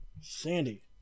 Sandy